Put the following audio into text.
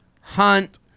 hunt